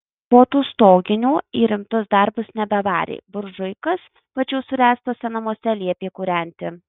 po to stoginių į rimtus darbus nebevarė buržuikas pačių suręstuose namuose liepė kūrenti